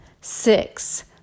six